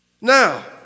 Now